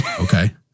Okay